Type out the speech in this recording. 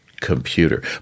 Computer